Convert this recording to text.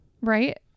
right